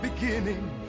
beginning